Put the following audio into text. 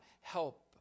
help